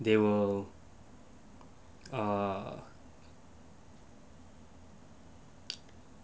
they will err